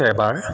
এবাৰ